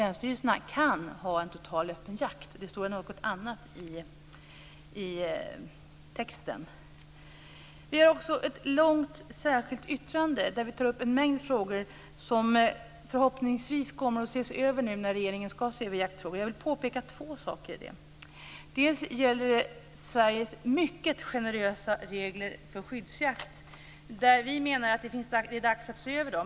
Länsstyrelserna kan ha en total öppen jakt. Det står något annat i texten. Jag vill påpeka två saker här. Först gäller det Sveriges mycket generösa regler för skyddsjakt.